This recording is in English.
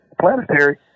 planetary